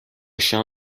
shall